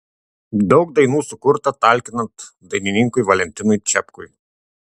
daug dainų sukurta talkinant dainininkui valentinui čepkui